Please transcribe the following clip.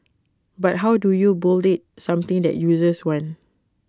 but how do you build something that users want